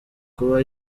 kuba